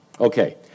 Okay